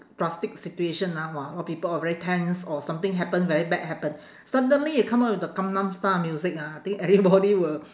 drastic situation ah !wah! a lot people are very tense or something happen very bad happen suddenly you come up with the gangnam style music ah I think everybody will